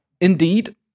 indeed